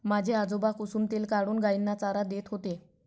माझे आजोबा कुसुम तेल काढून गायींना चारा देत होते